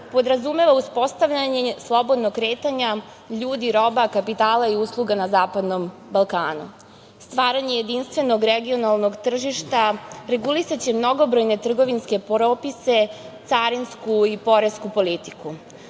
podrazumeva uspostavljanje slobodnog kretanja ljudi, roba, kapitala i usluga na Zapadnom Balkanu. Stvaranje jedinstvenog regionalnog tržišta regulisaće mnogobrojne trgovinske propise, carinsku i poresku politiku,